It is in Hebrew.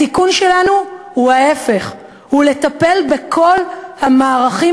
התיקון שלנו הוא ההפך: לטפל בכל המערכים